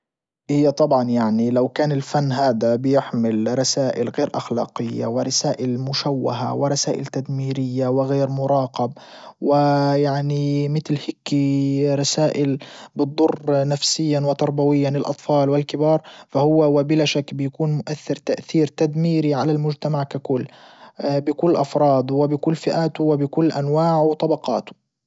هي طبعا يعني لو كان الفن هذا بيحمل رسائل غير اخلاقية ورسائل مشوهة ورسائل تدميرية وغير مراقب ويعني متل هيكي رسائل بتضر نفسيا وتربويا الاطفال والكبار فهو وبلا شك بيكون مؤثر تأثير تدميري على المجتمع ككل بكل افراده وبكل فئاته وبكل انواعه وطبقاته.